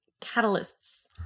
catalysts